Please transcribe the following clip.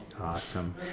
awesome